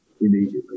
immediately